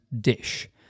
dish